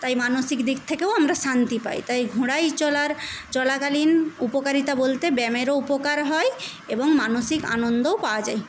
তাই মানসিক দিক থেকেও আমরা শান্তি পায় তাই ঘোড়ায় চলার চলাকালীন উপকারিতা বলতে ব্যামেরও উপকার হয় এবং মানসিক আনন্দও পাওয়া যায়